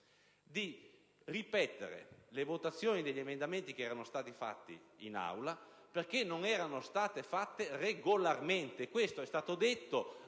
di ripetere le votazioni degli emendamenti che erano state fatte in Aula, perché non erano avvenute regolarmente. Questo è stato detto